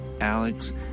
Alex